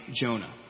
Jonah